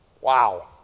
Wow